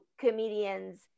comedians